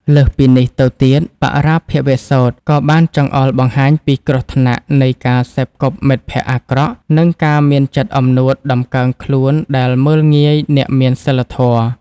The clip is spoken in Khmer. លើសពីនេះទៅទៀត បរាភវសូត្រក៏បានចង្អុលបង្ហាញពីគ្រោះថ្នាក់នៃការសេពគប់មិត្តភក្តិអាក្រក់ និងការមានចិត្តអំនួតតម្កើងខ្លួនដែលមើលងាយអ្នកមានសីលធម៌។